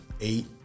eight